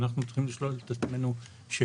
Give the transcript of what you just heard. אנחנו צריכים לשאול את עצמנו שאלה,